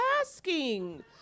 asking